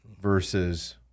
versus